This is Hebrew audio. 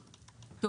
זה?